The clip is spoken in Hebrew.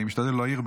אני משתדל לא להעיר,